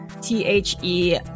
t-h-e